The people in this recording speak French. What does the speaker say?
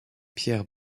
pierre